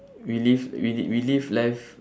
we live we we live life